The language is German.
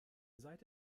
seit